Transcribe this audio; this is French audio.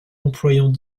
employant